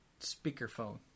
speakerphone